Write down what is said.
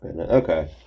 Okay